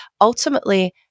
ultimately